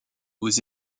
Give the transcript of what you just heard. aux